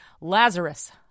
Lazarus